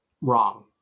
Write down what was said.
wrong